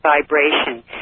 vibration